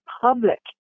public